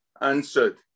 answered